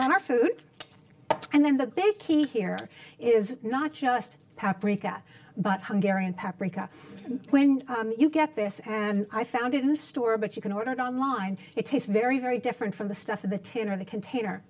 on our food and then the big key here is not just paprika but hungry and paprika when you get this and i found it in the store but you can order it on line it tastes very very different from the stuff of the tin or the container